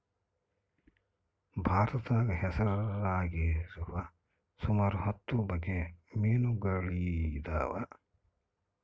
ಭಾರತದಾಗ ಹೆಸರಾಗಿರುವ ಸುಮಾರು ಹತ್ತು ಬಗೆ ಮೀನುಗಳಿದವ